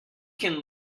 can